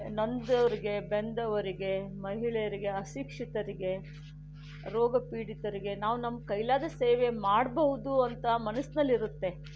ನೊಂದವರಿಗೆ ಬೆಂದವರಿಗೆ ಮಹಿಳೆಯರಿಗೆ ಅಶಿಕ್ಷಿತರಿಗೆ ರೋಗ ಪೀಡಿತರಿಗೆ ನಾವು ನಮ್ಮ ಕೈಲಾದಷ್ಟು ಸೇವೆ ಮಾಡಬಹುದು ಅಂತ ಮನಸ್ಸಿನಲ್ಲಿ ಇರತ್ತೆ